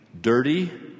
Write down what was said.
dirty